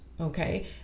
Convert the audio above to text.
Okay